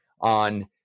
on